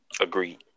Agreed